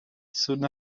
soon